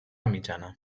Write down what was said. mitjana